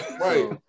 Right